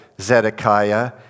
Zedekiah